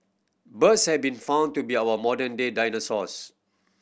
birds have been found to be our modern day dinosaurs